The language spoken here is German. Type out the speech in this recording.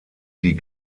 die